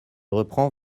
reprends